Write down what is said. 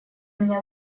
меня